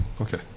Okay